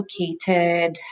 located